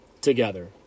together